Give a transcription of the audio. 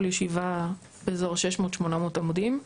כל ישיבה באזור ה-600 800 עמודים.